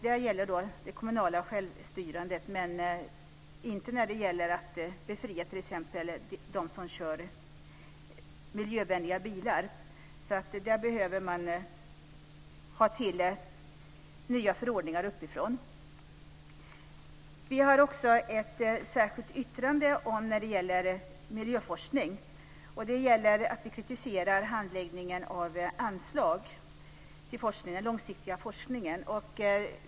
Där gäller den kommunala självstyrelsen, men den gäller inte i fråga om avgiftsbefrielse för dem som kör miljövänliga bilar. Där behövs nya förordningar som kommer uppifrån. Vi har också ett särskilt yttrande som gäller miljöforskning. Vi kritiserar handläggningen av anslag till den långsiktiga forskningen.